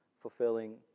fulfilling